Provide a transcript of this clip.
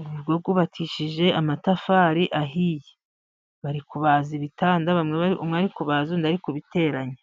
urugo rwubakishije amatafari ahiye. bari kubaza ibitanda, umwe ari kubaza, undi ari kubiteranya.